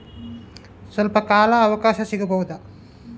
ಸ್ವಲ್ಪ ಕಾಲ ಅವಕಾಶ ಸಿಗಬಹುದಾ?